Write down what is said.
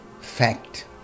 fact